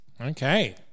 Okay